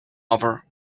over